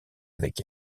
avec